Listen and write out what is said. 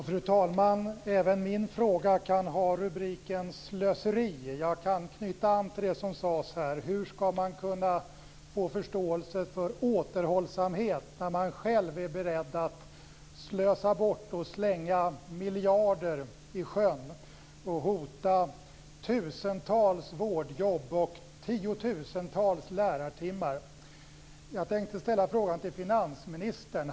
Fru talman! Även min fråga kan ha rubriken Slöseri. Jag kan knyta an till det som sades tidigare. Hur skall man kunna få förståelse för krav på återhållsamhet när man själv är beredd att slösa bort och slänga miljarder i sjön och därigenom hota tusentals vårdjobb och tiotusentals lärartimmar? Jag tänkte ställa frågan till finansministern.